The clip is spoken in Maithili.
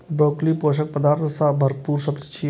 ब्रोकली पोषक पदार्थ सं भरपूर सब्जी छियै